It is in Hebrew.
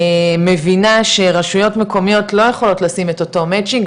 מבינה שרשויות מקומיות לא יכולות לשים את אותו מצ'ינג,